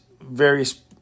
various